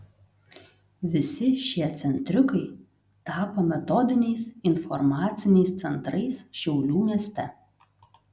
visi šie centriukai tapo metodiniais informaciniais centrais šiaulių mieste